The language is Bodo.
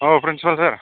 औ प्रिनसिपाल सार